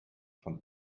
von